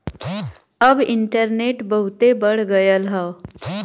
अब इन्टरनेट बहुते बढ़ गयल हौ